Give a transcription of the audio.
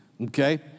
okay